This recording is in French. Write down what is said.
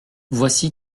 voici